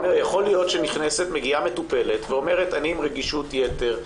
אני אומר שיכול להיות שמגיעה מטופלת ואומרת: אני עם רגישות יתר,